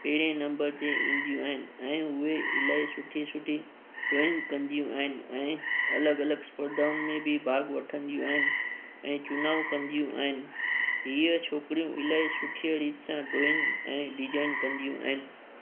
पहिरें नम्बर ते ईंदियूं आहिनि ऐं उहे इलाही सुठी सुठी ड्राइंग कंदियूं आहिनि ऐं अलॻि अलॻि स्पर्धाउनि में बि भाॻु वठंदियूं आहिनि ऐं चुनाव कंदियूं आहिनि इहा छोकिरियूं इलाही त सां ड्राइंग ऐं डिजाइन कंदियूं आहिनि